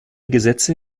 gesetze